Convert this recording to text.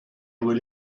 were